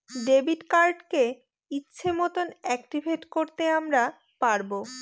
debit কার্ডকে ইচ্ছে মতন অ্যাকটিভেট করতে আমরা পারবো